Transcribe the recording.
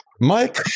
Mike